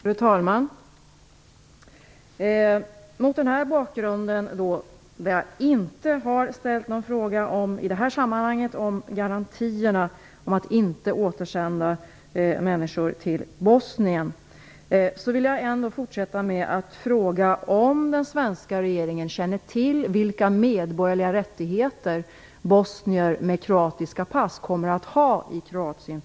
Fru talman! Jag har i det här sammanhanget inte ställt någon fråga om garantierna för att människor inte återsänds till Bosnien. Jag vill ändock fråga om den svenska regeringen känner till vilka medborgerliga rättigheter bosnier med kroatiska pass kommer att ha i Kroatien.